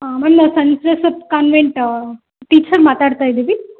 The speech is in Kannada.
ಮ್ಯಾಮ್ ನಾವು ಸೆಂಟ್ ಜೋಸೆಪ್ ಕಾನ್ವೆಂಟ್ ಟೀಚರ್ ಮಾತಾಡ್ತಾ ಇದ್ದೀವಿ